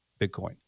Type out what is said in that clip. Bitcoin